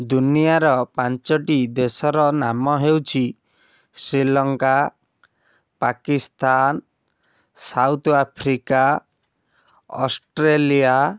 ଦୁନିଆର ପାଞ୍ଚଟି ଦେଶର ନାମ ହେଉଛି Sri Lanka Pakistan south Africa Australia